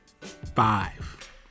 five